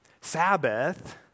Sabbath